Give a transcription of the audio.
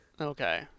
Okay